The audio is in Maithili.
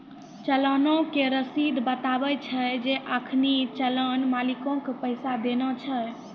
चलानो के रशीद बताबै छै जे अखनि चलान मालिको के पैसा देना छै